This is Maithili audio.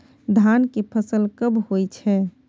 धान के फसल कब होय छै?